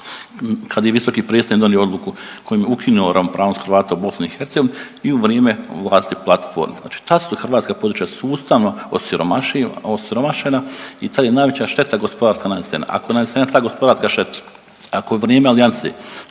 kad je visoki predstavnik donio odluku kojom je ukinuo ravnopravnost Hrvata u BiH i u vrijeme vlasti platforme. Znači tad su hrvatska područja sustavno osiromašena i tad je najveća šteta gospodarska nanesena. Ako je nanesena ta gospodarska šteta, ako u vrijeme alijanse